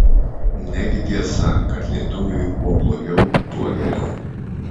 negi tiesa kad lietuviui kuo blogiau tuo geriau